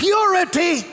Purity